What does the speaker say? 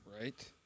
Right